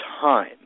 time